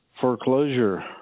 foreclosure